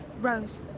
Rose